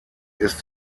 ist